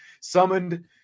summoned